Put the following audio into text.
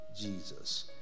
Jesus